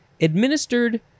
administered